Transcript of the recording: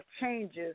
changes